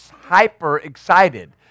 hyper-excited